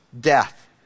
death